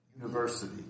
University